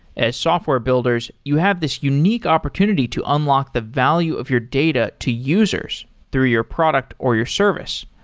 as software builders, you have this unique opportunity to unlock the value of your data to users through your product or your service.